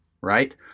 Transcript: right